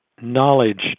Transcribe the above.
knowledge